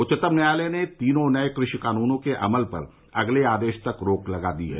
उच्चतम न्यायालय ने तीनों नए कृषि कानूनों के अमल पर अगले आदेश तक रोक लगा दी है